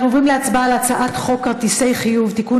אנחנו עוברים להצבעה על הצעת חוק כרטיסי חיוב (תיקון